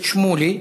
חבר הכנסת שמולי.